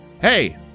hey